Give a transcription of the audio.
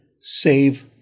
save